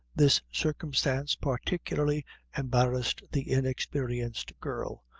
this circumstance particularly embarrassed the inexperienced girl,